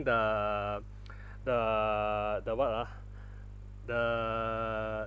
the the the what ah the